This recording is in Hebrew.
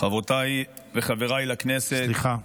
חברותיי וחבריי לכנסת, סליחה,